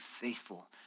faithful